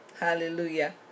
Hallelujah